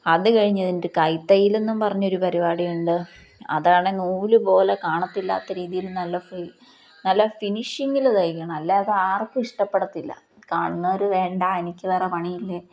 അതു കഴിഞ്ഞതിന്റെ കൈത്തയ്യലെന്നും പറഞ്ഞൊരു പരിപാടിയുണ്ട് അതാണ് നൂലു പോലെ കാണത്തില്ലാത്ത രീതിയില് നല്ല നല്ല ഫിനിഷിങ്ങില് തയ്ക്കണം അല്ലാതെ ആർക്കും ഇഷ്ടപ്പെടത്തില്ല കാണുന്നവര് വേണ്ടാ എനിക്കു വേറെ പണിയില്ലേ